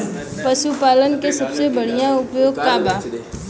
पशु पालन के सबसे बढ़ियां उपाय का बा?